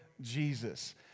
Jesus